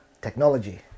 technology